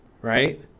right